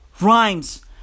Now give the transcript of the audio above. rhymes